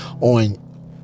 on